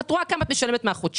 את רואה כמה את משלמת מהחודשי,